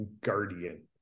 guardian